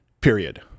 period